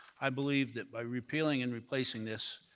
i believe that by repealing and replacing this,